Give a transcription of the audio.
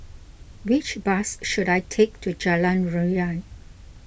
which bus should I take to Jalan Ria